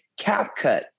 CapCut